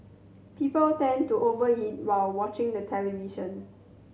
people tend to over eat while watching the television